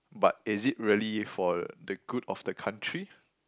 but is it really for the good of the country